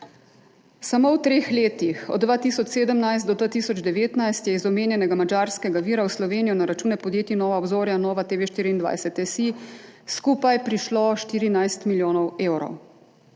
Samo v treh letih, od 2017 do 2019, je iz omenjenega madžarskega vira v Slovenijo na račune podjetij Nova obzorja in NovaTV24.si skupaj prišlo 14 milijonov evrov.